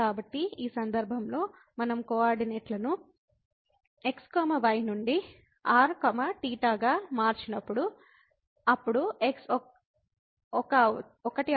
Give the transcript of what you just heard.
కాబట్టి ఈ సందర్భంలో మనం కోఆర్డినేట్లను x y నుండి r θ గా మార్చినప్పుడు అప్పుడు x ప్రతిక్షేపిస్తాము